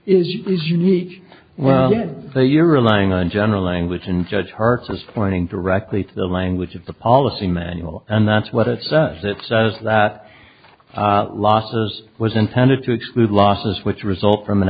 is you please unique did they you're relying on general language and judge harkness planning directly to the language of the policy manual and that's what it says it says that losses was intended to exclude losses which result from an